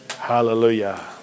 Hallelujah